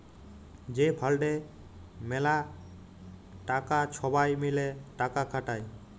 যে ফাল্ডে ম্যালা টাকা ছবাই মিলে টাকা খাটায়